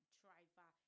driver